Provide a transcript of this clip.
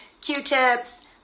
Q-tips